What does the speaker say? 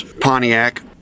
Pontiac